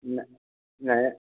ନାଁ ନାଇଁ